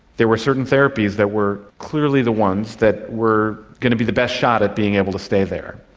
there were certain therapies that were clearly the ones that were going to be the best shot at being able to stay there.